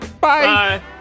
bye